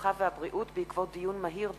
הרווחה והבריאות בעקבות דיון מהיר בנושא: